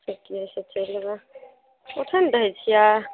ठीके सभ चलि रह रहय छियै